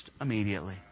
immediately